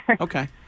Okay